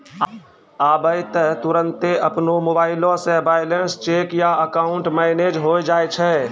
आबै त तुरन्ते अपनो मोबाइलो से बैलेंस चेक या अकाउंट मैनेज होय जाय छै